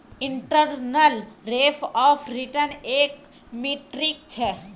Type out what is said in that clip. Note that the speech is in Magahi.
इंटरनल रेट ऑफ रिटर्न एक मीट्रिक छ